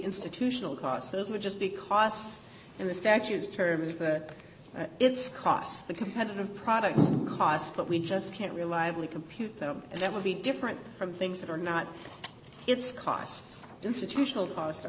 institutional costs as would just be costs in the statues terms that it's cost the competitive products cost but we just can't reliably compute them that would be different from things that are not it's cost institutional cost or